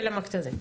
של המכת"זית.